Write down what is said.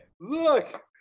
look